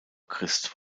christ